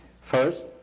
First